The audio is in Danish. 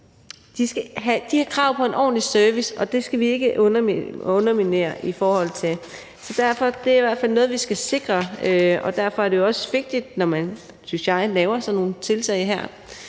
de har krav på en ordentlig service, og det skal vi ikke underminere. Det er i hvert fald noget, vi skal sikre os. Og derfor er det også vigtigt, synes jeg, når vi laver sådan nogle tiltag som